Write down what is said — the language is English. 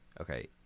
Okay